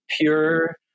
pure